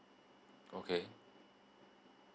okay